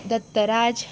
Dattaraj